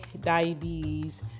diabetes